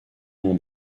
moins